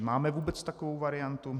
Máme vůbec takovou variantu?